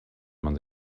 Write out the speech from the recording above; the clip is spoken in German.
man